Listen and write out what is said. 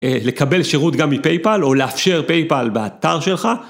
לקבל שירות גם מפייפאל או לאפשר פייפאל באתר שלך.